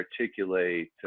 articulate